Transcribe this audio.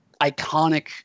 iconic